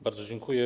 Bardzo dziękuję.